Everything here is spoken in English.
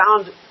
found